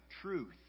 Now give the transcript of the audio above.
truth